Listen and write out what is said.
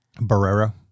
Barrera